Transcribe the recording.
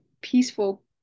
peaceful